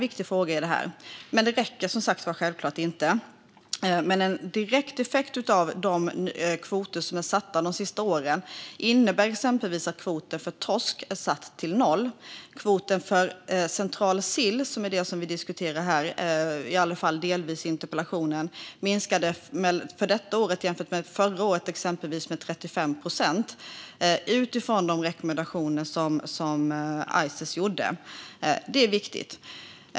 Ices rekommendationer innebär att kvoten för torsk nu är satt till noll och att kvoten för sill, som denna interpellationsdebatt delvis handlar om, i år minskade med 35 procent jämfört med förra året. Det är en viktig sak, men det räcker självklart inte.